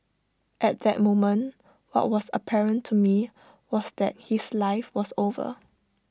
at that moment what was apparent to me was that his life was over